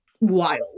wild